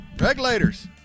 Regulators